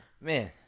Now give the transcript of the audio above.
Man